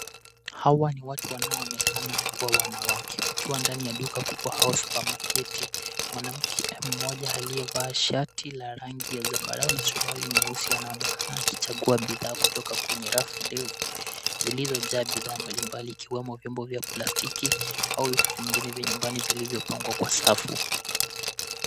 Hawa ni watu wanaoonekana kuwa wanawake wakiwa ndani ya duka kubwa au supamaketi. Mwanamke mmoja aliyevaa shati la rangi ya zambarau na suruali nyeusi anaonekana akichagua bidhaa kutoka kwenye rafu ndefu, zilizojaa bidhaaa mbalimbali ikiwemo vyombo vya plastiki, au vitu vingine vya nyumbani vilivyopangwa kwa safu.